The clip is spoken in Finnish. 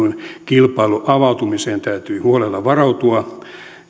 kilpailun avautumiseen täytyy huolella varautua